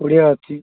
କୋଡ଼ିଏ ଅଛି